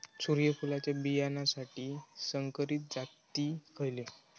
सूर्यफुलाच्या बियानासाठी संकरित जाती खयले?